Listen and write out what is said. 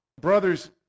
Brothers